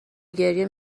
گریه